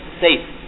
safe